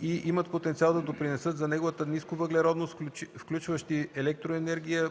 и имат потенциал да допринесат за неговата нисковъглеродност, включващи електроенергия,